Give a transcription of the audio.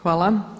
Hvala.